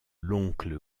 l’oncle